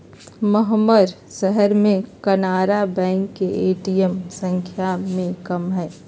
महम्मर शहर में कनारा बैंक के ए.टी.एम संख्या में कम हई